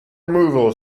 removal